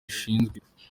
ishinzwe